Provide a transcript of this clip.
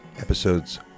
episodes